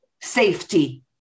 safety